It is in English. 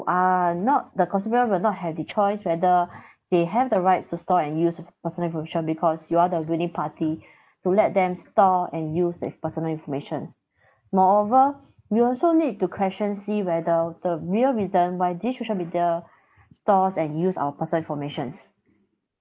are not the consumer will not have the choice whether they have the rights to store and use personal information because you are the wiling party who let them store and use as personal informations moreover we also need to question see whether the real reason why these social media stores and use our personal informations